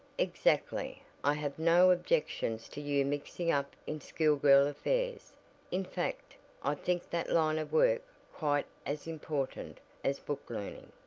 exactly. i have no objections to you mixing up in school girl affairs in fact i think that line of work quite as important as book learning.